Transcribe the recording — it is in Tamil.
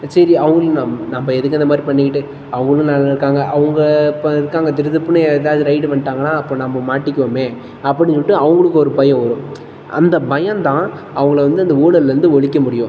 சரி அவங்களும் நம்ம நம்ம எதுக்கு இந்த மாதிரி பண்ணிக்கிட்டு அவங்களும் நல்லா இருக்காங்க அவங்க இப்போ இருக்காங்க திடுதிப்புன்னு ஏதாவது ரைடு வந்துட்டாங்கன்னா அப்போ நம்ம மாட்டிக்குவோமே அப்படின்னு சொல்லிட்டு அவங்களுக்கு ஒரு பயம் வரும் அந்த பயம் தான் அவங்களை வந்து அந்த ஊழல்ல இருந்து ஒழிக்க முடியும்